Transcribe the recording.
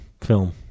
Film